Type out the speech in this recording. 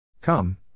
Come